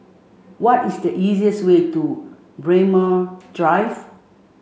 what is the easiest way to Braemar Drive